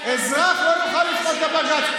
אזרח לא יוכל לפנות לבג"ץ.